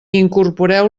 incorporeu